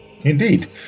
indeed